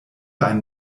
ein